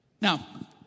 Now